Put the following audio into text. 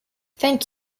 thank